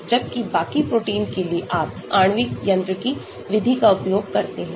जबकि बाकी प्रोटीन के लिए आप आणविक यांत्रिकी विधि का उपयोग करते हैं